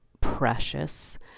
precious